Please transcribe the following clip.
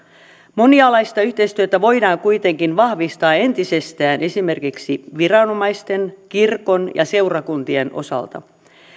monialaista yhteistyötä voidaan kuitenkin vahvistaa entisestään esimerkiksi viranomaisten kirkon ja seurakuntien osalta